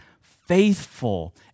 faithful